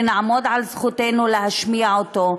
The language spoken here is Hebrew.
ונעמוד על זכותנו להשמיע אותו.